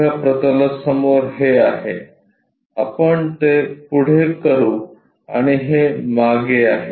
उभ्या प्रतलासमोर हे आहे आपण ते पुढे करू आणि हे मागे आहे